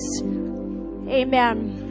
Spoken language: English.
Amen